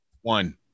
one